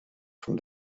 from